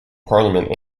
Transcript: parliament